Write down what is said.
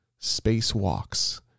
spacewalks